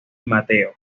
mateo